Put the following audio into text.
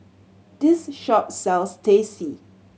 this shop sells Teh C